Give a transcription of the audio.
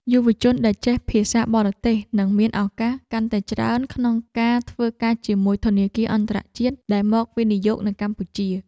យុវជនដែលចេះភាសាបរទេសនឹងមានឱកាសកាន់តែច្រើនក្នុងការធ្វើការជាមួយធនាគារអន្តរជាតិដែលមកវិនិយោគនៅកម្ពុជា។